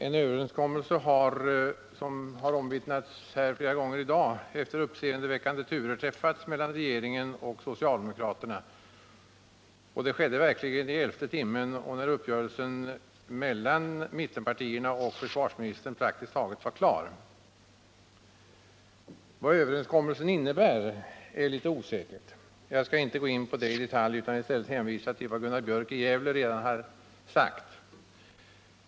En överenskommelse har efter uppseendeväckande turer träffats mellan regeringen och socialdemokraterna, vilket har omvittnats här flera gånger i dag. Det skedde verkligen i elfte timmen och sedan uppgörelsen mellan mittenpartierna och försvarsministern praktiskt taget var klar. Vad överenskommelsen innebär är det litet svårt att uttala sig om. Jag skall inte gå in på det i detalj utan i stället hänvisa till vad Gunnar Björk i Gävle redan har sagt.